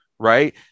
right